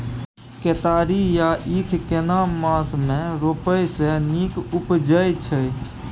केतारी या ईख केना मास में रोपय से नीक उपजय छै?